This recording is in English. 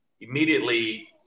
immediately